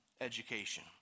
education